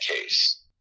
case